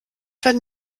werden